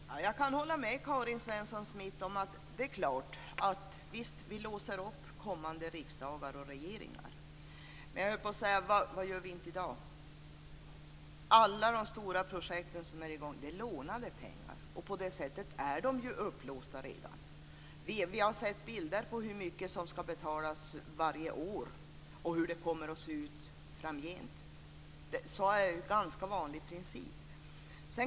Fru talman! Jag kan hålla med Karin Svensson Smith om att vi låser upp kommande riksdagar och regeringar. Men jag höll på att säga: Gör vi inte det i dag? Alla de stora projekt som är i gång handlar om lånade pengar. På det sättet är de redan upplåsta. Vi har sett bilder på hur mycket som ska betalas varje år och hur det kommer att se ut framgent. Det är en ganska vanlig princip.